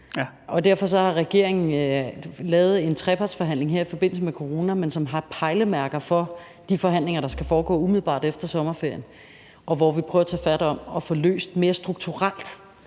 Derfor har regeringen haft en trepartsforhandling her i forbindelse med corona, som har pejlemærker for de forhandlinger, der skal foregå umiddelbart efter sommerferien, hvor vi prøver at tage fat på at få løst mere strukturelt